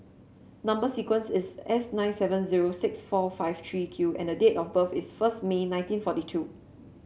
number sequence is S nine seven zero six four five three Q and date of birth is first May nineteen forty two